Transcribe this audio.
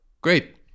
Great